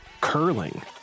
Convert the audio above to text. curling